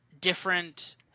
different